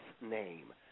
name